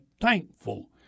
thankful